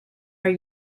are